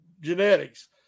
genetics